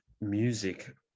music